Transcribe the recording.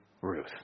Ruth